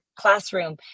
classroom